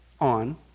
on